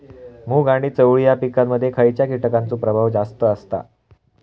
मूग आणि चवळी या पिकांमध्ये खैयच्या कीटकांचो प्रभाव जास्त असता?